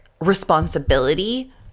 responsibility